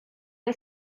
wyt